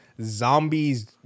Zombies